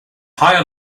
higher